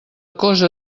cosa